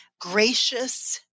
gracious